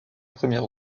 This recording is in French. premier